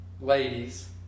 ladies